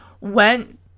went